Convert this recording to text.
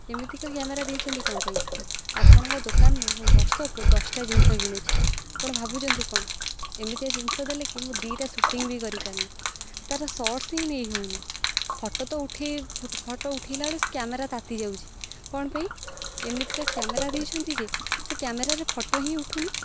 ଏମିତିକା କ୍ୟାମେରା ଦେଇଛନ୍ତି କ'ଣ ପାଇଁ ଆପଣଙ୍କ ଦୋକାନରୁ ମୁଁ ବର୍ଷକୁ ଦଶଟା ଜିନିଷ କିଣୁଛି ଆପଣ ଭାବୁଛନ୍ତି କ'ଣ ଏମିତିକା ଜିନିଷ ଦେଲେ କି ମୁଁ ଦୁଇଟା ସୁୁଟିଂ ବି କରିପାରିନି ତା'ର ସର୍ଟସ୍ ହିଁ ନେଇ ହଉନି ଫଟୋ ତ ଉଠାଇ ଫଟୋ ଉଠାଇଲାବେଳୁ ସେ କ୍ୟାମେରା ତାତି ଯାଉଛି କ'ଣ ପାଇଁ ଏମିତିକା କ୍ୟାମେରା ଦେଇଛନ୍ତି ଯେ ସେ କ୍ୟାମେରାରେ ଫଟୋ ହିଁ ଉଠୁନି